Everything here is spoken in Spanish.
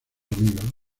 amigos